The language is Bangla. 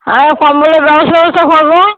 আর কম্বলের ব্যবস্থা ট্যবস্থা করবো